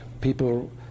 People